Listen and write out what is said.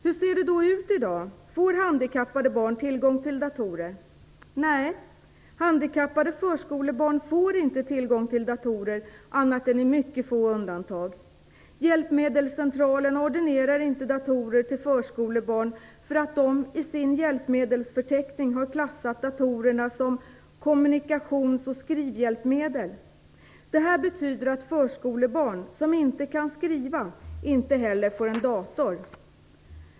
Hur ser det då ut i dag? Får handikappade barn tillgång till datorer? Nej, handikappade förskolebarn får inte tillgång till datorer annat än i mycket få undantagsfall. Hjälpmedelscentralerna ordinerar inte datorer till förskolebarn för att de i sin Hjälpmedelsförteckning har klassat datorerna som "kommunikations och skrivhjälpmedel". Detta betyder att förskolebarn, som inte kan skriva, inte heller får en dator.